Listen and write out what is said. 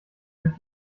durch